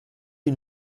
une